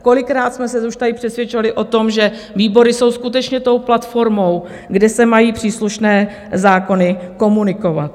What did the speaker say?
Kolikrát jsme se už tady přesvědčovali o tom, že výbory jsou skutečně tou platformou, kde se mají příslušné zákony komunikovat.